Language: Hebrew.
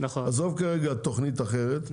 עזוב כרגע תכנית אחרת,